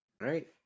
right